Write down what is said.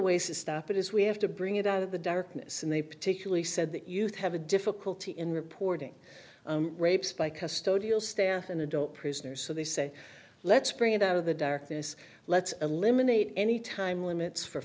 ways to stop it is we have to bring it out of the darkness and they particularly said that you'd have a difficulty in reporting rapes by custodial staff and adult prisoners so they say let's bring it out of the darkness let's eliminate any time limits for